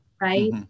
right